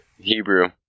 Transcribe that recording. Hebrew